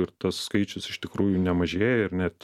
ir tas skaičius iš tikrųjų nemažėja ir net